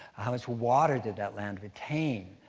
how much water did that land retain,